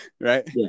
right